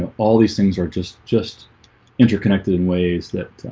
all these things are just just interconnected in ways that